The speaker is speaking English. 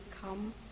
come